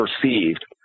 perceived